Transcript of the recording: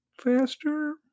faster